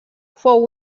fou